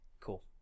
Cool